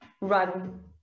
run